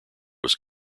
was